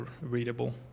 readable